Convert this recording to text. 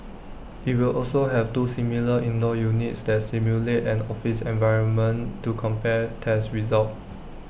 IT will also have two similar indoor units that simulate an office environment to compare tests results